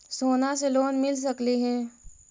सोना से लोन मिल सकली हे?